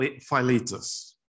Philetus